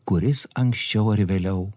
kuris anksčiau ar vėliau